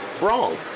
wrong